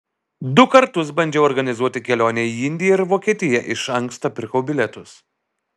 du kartus bandžiau organizuoti kelionę į indiją ir vokietiją iš anksto pirkau bilietus